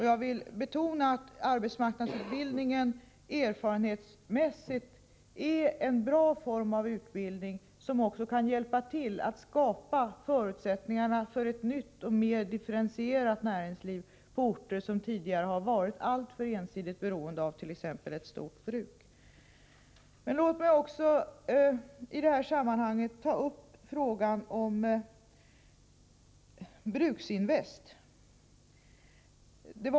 Jag vill betona att arbetsmarknadsutbildningen erfarenhetsmässigt är en bra form av utbildning som också kan bidra till att förutsättningar skapas för ett nytt och mera differentierat näringsliv på orter som tidigare har varit alltför ensidigt beroende av t.ex. ett stort bruk. Låt mig också i detta sammanhang ta upp frågan om Bruksinvest.